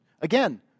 Again